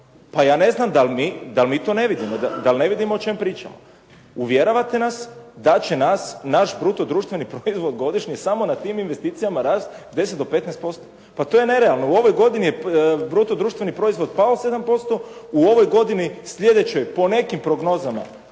Pa ja ne znam da li mi to ne vidimo? Da li ne vidimo o čemu pričamo? Uvjeravate nas da će naš bruto društveni proizvod godišnje samo na tim investicijama rast 10 do 15%. Pa to je nerealno. Jel u ovoj godini je bruto društveni proizvod pao 7%, u ovoj godini, sljedećoj po nekim prognozama